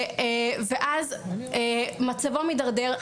מצבו מתדרדר.